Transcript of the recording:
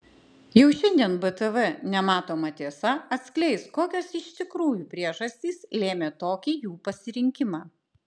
jau šiandien btv nematoma tiesa atskleis kokios iš tikrųjų priežastys lėmė tokį jų pasirinkimą